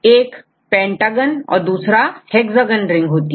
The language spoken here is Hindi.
एक रिंग पेंटागन और दूसरी हेक्सागन होती है